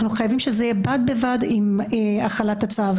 אנחנו חייבים שזה יהיה בד בבד עם החלת הצו,